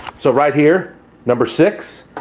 so right here number six,